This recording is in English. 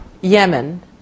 Yemen